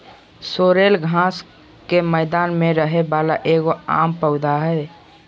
sorrel घास के मैदान में रहे वाला एगो आम पौधा हइ